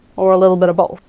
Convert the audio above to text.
or a little bit of both?